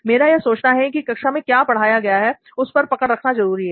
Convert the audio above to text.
मेरा यह सोचना है की कक्षा में क्या पढ़ाया गया है उस पर पकड़ रखना जरूरी है